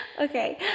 Okay